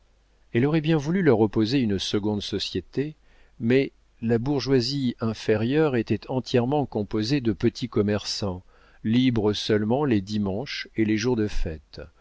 elle aurait bien voulu leur opposer une seconde société mais la bourgeoisie inférieure était entièrement composée de petits commerçants libres seulement les dimanches et les jours de fête